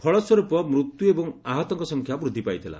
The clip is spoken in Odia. ଫଳ ସ୍ୱରୁପ ମୃତ୍ୟୁ ଏବଂ ଆହତଙ୍କ ସଂଖ୍ୟା ବୃଦ୍ଧି ପାଇଥିଲା